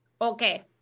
Okay